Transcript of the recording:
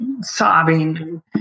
sobbing